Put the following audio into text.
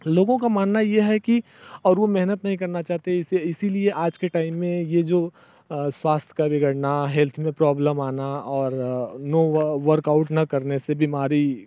लोगों का मानना यह है कि और वो मेहनत नहीं करना चाहते इसे इसीलिए आज के टाइम में ये जो स्वास्थय का बिगड़ना हेल्थ में प्रॉब्लम आना और नो व वर्कआउट न करने से बीमारी